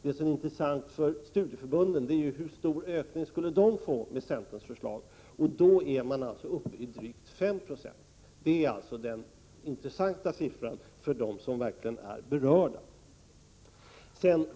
Det som är intressant för studieförbunden är hur mycket anslagen skulle öka med centerns förslag. Då är man alltså uppe i drygt 5 96. Det är den intressanta siffran för dem som verkligen berörs.